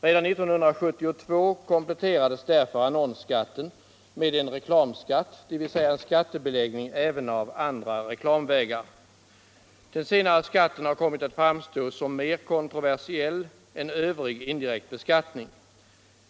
Redan 1972 kompletterades därför annonsskatten med en reklamskatt, dvs. en skattebeläggning även av andra reklamvägar. Den senare skatten har kommit att framstå som mer kontroversiell än övrig indirekt beskattning.